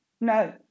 no